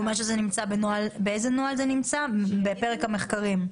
באיזה נוהל זה נמצא בפרק המחקרים?